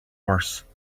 worse